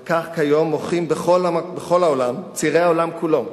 על כך כיום מוחים בכל העולם, צעירי העולם כולו,